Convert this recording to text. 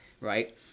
right